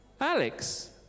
Alex